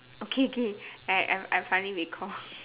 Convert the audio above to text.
okay okay I I've I've finally recall